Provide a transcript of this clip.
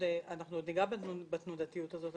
אנחנו עוד ניגע בתנודתיות הזאת.